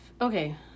okay